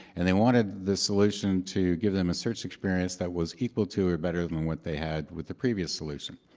and they wanted the solution to give them a search experience that was equal to or better than than what they had with the previous solution.